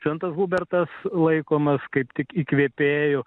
šventas hubertas laikomas kaip tik įkvėpėju